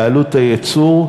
בעלות הייצור,